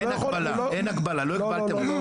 אין הגבלה, לא הגבלתם אותו.